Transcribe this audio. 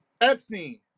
Epstein